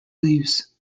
leaves